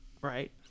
right